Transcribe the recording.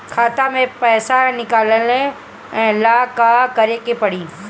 खाता से पैसा निकाले ला का करे के पड़ी?